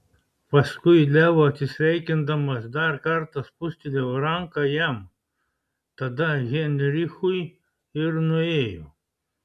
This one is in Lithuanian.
paskui leo atsisveikindamas dar kartą spustelėjo ranką jam tada heinrichui ir nuėjo